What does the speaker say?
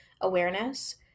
awareness